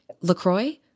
LaCroix